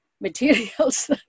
materials